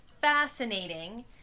fascinating